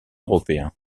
européen